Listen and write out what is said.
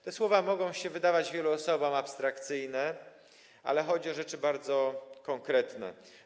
Te słowa mogą się wydawać wielu osobom abstrakcyjne, ale chodzi o rzeczy bardzo konkretne.